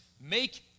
Make